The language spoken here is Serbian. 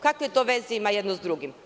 Kakve to veze ima jedno sa drugim?